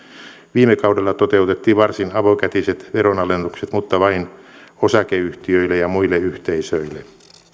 viime kaudella toteutettiin varsin avokätiset veronalennukset mutta vain osakeyhtiöille ja muille yhteisöille